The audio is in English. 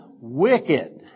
wicked